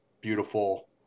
beautiful